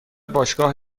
باشگاه